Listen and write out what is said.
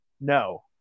No